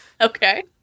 Okay